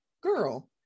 Girl